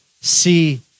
see